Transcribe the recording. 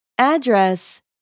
Address